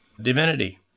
Divinity